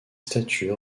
statues